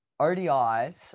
ODIs